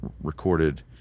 recorded